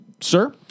sir